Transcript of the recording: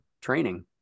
training